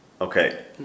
Okay